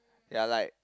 ya like